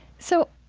so,